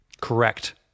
Correct